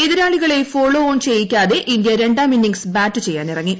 എതിരാളികളെ follow on ചെയ്യിക്കാതെ India രണ്ടാം ഇന്നിംഗ്സ് ബാറ്റ് ചെയ്യാനിറങ്ങി